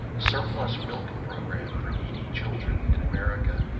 surplus milk program for needy children in america.